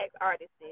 artists